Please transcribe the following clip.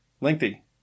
lengthy